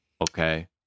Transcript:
okay